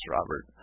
Robert